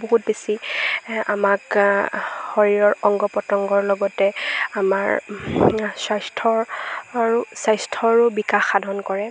বহুত বেছি আমাক শৰীৰৰ অংগ পতংগৰ লগতে আমাৰ স্বাস্থ্যৰ স্বাস্থ্যৰো বিকাশ সাধন কৰে